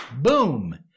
boom